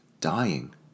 dying